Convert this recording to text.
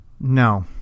No